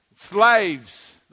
slaves